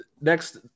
next